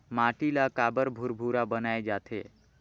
माटी ला काबर भुरभुरा बनाय जाथे?